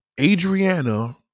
Adriana